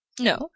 No